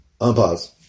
Unpause